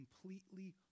completely